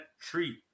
treat